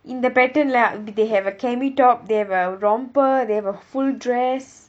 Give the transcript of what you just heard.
இந்த:intha pattern they have a cami top they have a romper they have a full dress